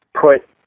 put